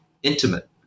Intimate